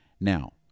Now